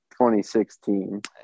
2016